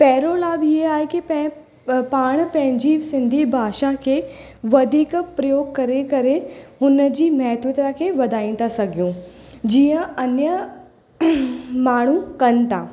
पहिरों लाभ हीअ आहे कि पैं पाण पंहिंजी सिंधी भाषा खे वधीक प्रयोग करे करे हुन जी महत्वता खे वधाए था सघियूं जीअं अन्य माण्हू कनि था